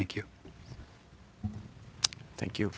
thank you thank you